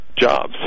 jobs